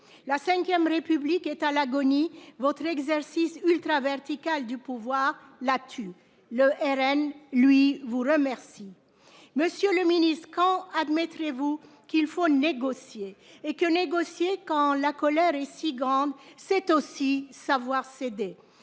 la Ve République est à l'agonie votre exercice ultra verticale du pouvoir la tu le RN lui vous remercie Monsieur le Ministre, quand admettrez-vous qu'il faut négocier et que négocier quand la colère est si grande. C'est aussi savoir céder